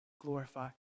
glorify